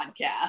podcast